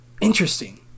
Interesting